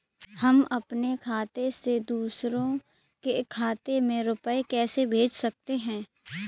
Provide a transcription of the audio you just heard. हम अपने खाते से दूसरे के खाते में रुपये कैसे भेज सकते हैं?